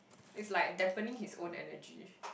it's like dampening his own energy